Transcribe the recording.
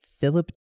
Philip